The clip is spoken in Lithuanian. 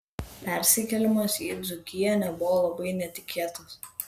persikėlimas į dzūkiją nebuvo labai netikėtas